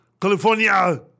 California